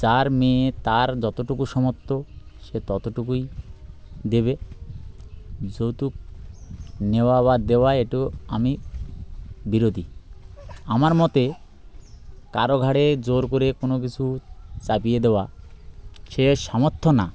যার মেয়ে তার যতটুকু সামর্থ্য সে ততটুকুই দেবে যৌতুক নেওয়া বা দেওয়া এটু আমি বিরোধী আমার মতে কারো ঘাড়ে জোর করে কোনো কিছু চাপিয়ে দেওয়া সে সামর্থ্য না